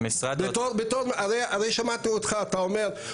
אתה אומר,